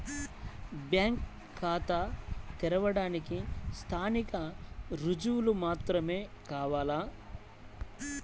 Bank ఖాతా తెరవడానికి స్థానిక రుజువులు మాత్రమే కావాలా?